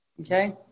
okay